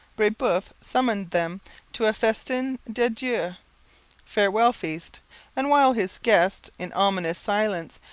brebeuf summoned them to a festin d'adieua farewell feast and while his guests, in ominous silence,